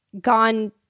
gone